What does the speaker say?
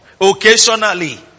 occasionally